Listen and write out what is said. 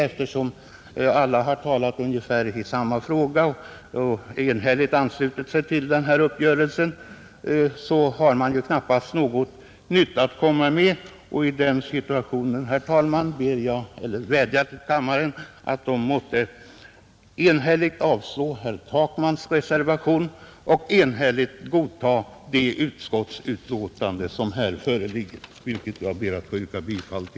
Eftersom alla har talat i ungefär samma fråga och enhälligt anslutit sig till uppgörelsen, har jag knappast något nytt att komma med. I den situationen vädjar jag till kammarens övriga ledamöter att de måtte enhälligt avslå herr Takmans reservation och bifalla utskottets hemställan